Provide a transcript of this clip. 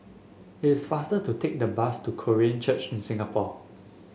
it is faster to take the bus to Korean Church in Singapore